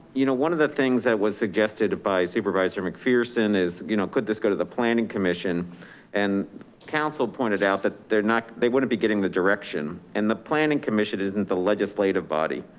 you know, one of the things that was suggested by supervisor macpherson is, you know could this go to the planning commission and council pointed out that they're not, they wouldn't be getting the direction and the planning commission isn't the legislative body,